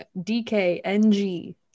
DKNG